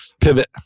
pivot